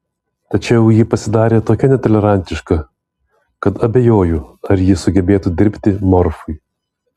tačiau ji pasidarė tokia netolerantiška kad abejoju ar ji sugebėtų dirbti morfui